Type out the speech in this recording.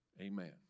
Amen